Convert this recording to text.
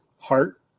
heart